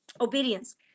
Obedience